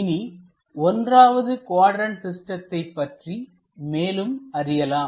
இனி 1வது குவாட்ரண்ட் சிஸ்டத்தைப் பற்றி மேலும் அறியலாம்